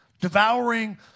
devouring